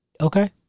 Okay